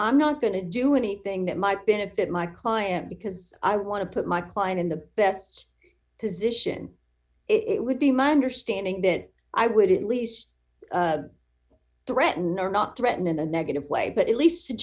i'm not going to do anything that might benefit my client because i want to put my client in the best position it would be my understanding that i would at least threaten or not threaten in a negative way but at least s